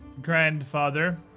grandfather